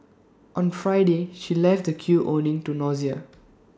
on Friday she left the queue owing to nausea